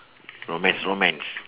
romax romax